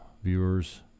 viewers